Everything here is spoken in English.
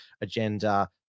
agenda